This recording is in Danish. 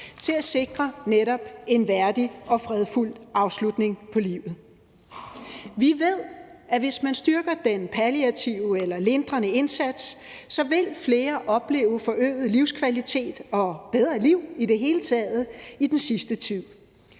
til at sikre netop en værdig og fredfyldt afslutning på livet. Vi ved, at hvis man styrker den palliative eller lindrende indsats, så vil flere opleve forøget livskvalitet og bedre liv i det hele taget i den sidste tid.